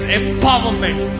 empowerment